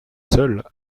seul